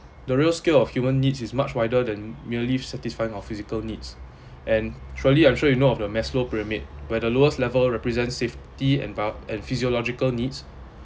the real scale of human needs is much wider than merely satisfying our physical needs and surely I'm sure you know of the maslow pyramid where the lowest level represents safety and bio~ and physiological needs